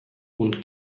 und